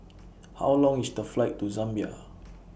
How Long IS The Flight to Zambia